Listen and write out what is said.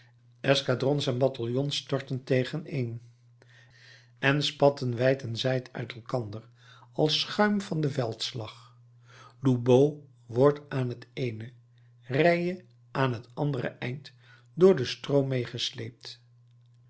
escadrons en bataljons storten tegen een en spatten wijd en zijd uit elkander als schuim van den veldslag lobau wordt aan het eene reille aan het andere eind door den stroom medegesleept